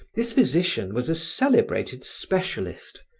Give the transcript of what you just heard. this physician was a celebrated specialist,